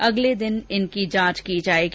अगले दिन इनकी जांच की जायेगी